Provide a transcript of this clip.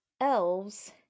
elves